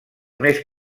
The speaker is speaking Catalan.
més